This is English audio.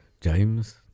James